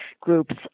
groups